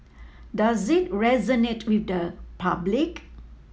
does it resonate with the public